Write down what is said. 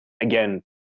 again